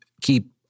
keep